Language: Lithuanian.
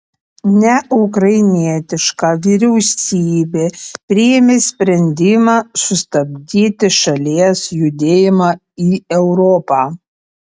neukrainietiška vyriausybė priėmė sprendimą sustabdyti šalies judėjimą į europą